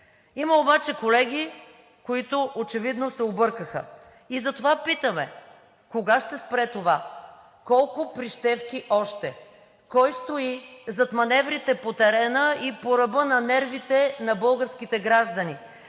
Има обаче колеги, които очевидно се объркаха. И затова питаме: кога ще спре това, колко прищевки още, кой стои зад маневрите по терена и по ръба на нервите на българските граждани,